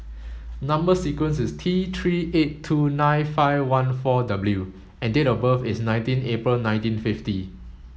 number sequence is T three eight two nine five one four W and date of birth is nineteen April nineteen fifty